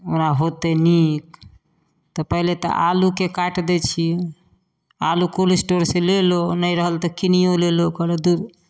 ओकरा हेतै नीक तऽ पहिले तऽ आलूके काटि दै छिए आलू कोल्ड स्टोरसँ लेलहुँ नहि रहल तऽ किनिओ लेलहुँ कहलहुँ दुर